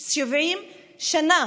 70 שנה